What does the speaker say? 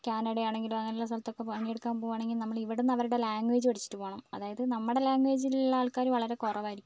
കാനഡയാണെങ്കിലും അങ്ങനെ ഉള്ള സ്ഥലത്തൊക്കെ പണിയെടുക്കാൻ പോവണമെങ്കിൽ നമ്മൾ ഇവിടുന്ന് അവരുടെ ലാംഗ്വേജ് പഠിച്ചിട്ട് പോവണം അതായത് നമ്മുടെ ലാംഗ്വേജിൽ ഉള്ള ആൾക്കാർ വളരെ കുറവായിരിക്കും